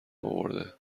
اورده